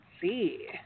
see